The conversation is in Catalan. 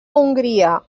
hongria